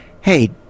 hey